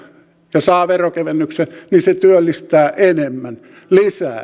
ja saa veronkevennyksen niin se työllistää enemmän lisää